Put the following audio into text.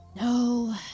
No